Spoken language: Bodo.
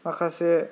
माखासे